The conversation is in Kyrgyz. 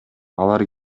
алар